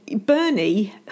Bernie